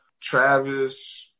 Travis